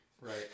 Right